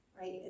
right